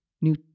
new